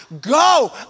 Go